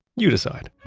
you decide